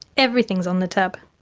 everything is on the tab.